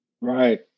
Right